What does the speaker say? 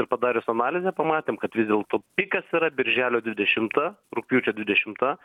ir padarius analizę pamatėm kad vis dėlto pikas yra birželio dvidešimta rugpjūčio dvidešimta